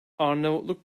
arnavutluk